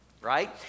Right